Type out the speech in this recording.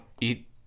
eat